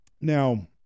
Now